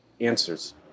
answers